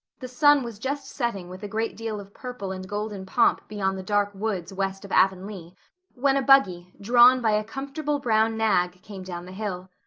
the sun was just setting with a great deal of purple and golden pomp behind the dark woods west of avonlea when a buggy drawn by a comfortable brown nag came down the hill.